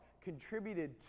contributed